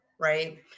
Right